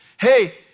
Hey